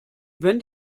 wenn